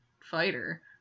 fighter